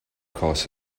costs